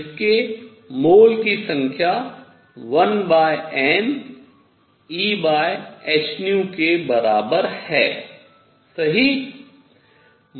जिसके मोल की संख्या 1NEhν के बराबर है सही